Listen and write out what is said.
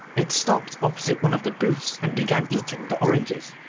it stopped opposite one of the booths and began eating the oranges,